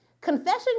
Confession